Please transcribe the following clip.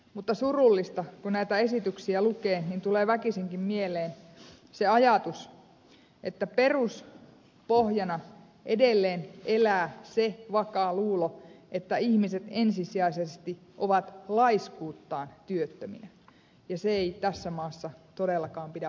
mutta surullista kun näitä esityksiä lukee tulee väkisinkin mieleen se ajatus että peruspohjana edelleen elää se vakaa luulo että ihmiset ensisijaisesti ovat laiskuuttaan työttöminä ja se ei tässä maassa todellakaan pidä paikkaansa